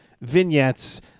vignettes